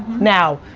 now,